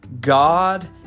God